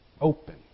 open